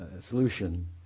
solution